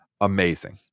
Amazing